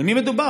על מי מדובר?